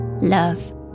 love